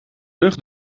lucht